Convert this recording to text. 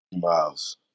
miles